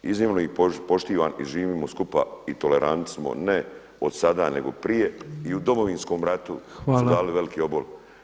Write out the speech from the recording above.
Iznimno ih poštivam i živimo skupa i tolerantni smo ne od sada, nego prije i u Domovinskom ratu [[Upadica predsjednik: Hvala.]] su dali veliki obol.